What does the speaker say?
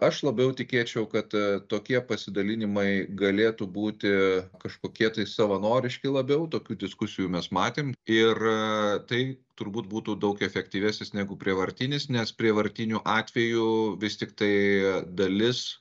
aš labiau tikėčiau kad tokie pasidalinimai galėtų būti kažkokie tai savanoriški labiau tokių diskusijų mes matėm ir tai turbūt būtų daug efektyvesnis negu prievartinis nes prievartiniu atveju vis tiktai dalis